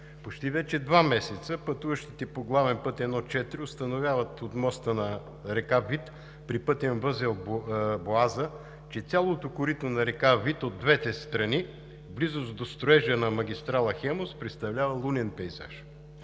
почти два месеца пътуващите по главен път I-4 установяват от моста на река Вит, при пътен възел „Боаза“, че цялото корито на река Вит от двете страни, в близост до строежа на магистрала „Хемус“, представлява лунен пейзаж,